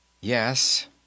Yes